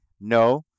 No